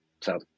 So-